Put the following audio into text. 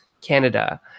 Canada